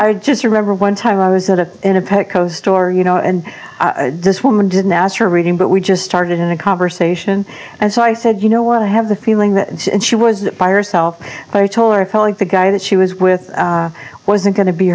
i just remember one time i was at a in a pick oh store you know and this woman didn't ask for reading but we just started in a conversation and so i said you know what i have the feeling that she was by herself very tall or felt like the guy that she was with wasn't going to be